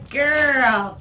girl